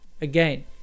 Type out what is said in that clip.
Again